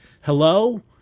hello